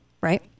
right